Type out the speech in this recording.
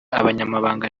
abanyamabanga